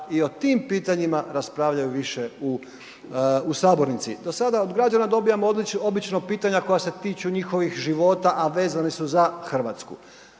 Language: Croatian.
i o tim pitanjima raspravljaju više u sabornici. Do sada od građana dobivamo obično pitanja koja se tiču njihovih života, a vezane su za Hrvatsku,